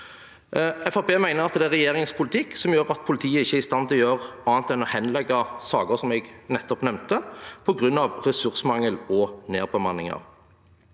mener at det er regjeringens politikk som gjør at politiet ikke er i stand til å gjøre annet enn å henlegge saker, som jeg nettopp nevnte, på grunn av ressursmangel og nedbemanninger.